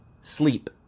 sleep